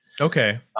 okay